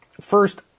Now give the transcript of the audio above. first